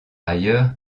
ailleurs